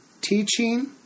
teaching